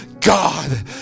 God